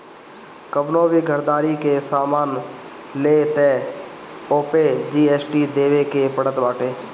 कवनो भी घरदारी के सामान लअ तअ ओपे जी.एस.टी देवे के पड़त बाटे